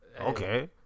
Okay